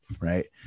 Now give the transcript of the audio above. right